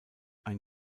ein